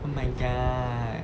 oh my god